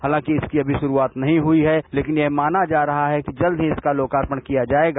हालांकि इसकी अभी गुरूआत नहीं हुई है लेकिन यह माना जा रहा है कि जल्द ही इसका लोकार्पण किया जाएगा